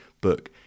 book